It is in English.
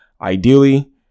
ideally